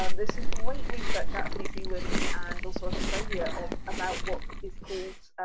um there's some great research out of new zealand, and also australia, of, about what is called,